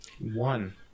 One